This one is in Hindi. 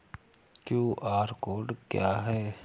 क्यू.आर कोड क्या है?